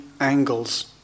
angles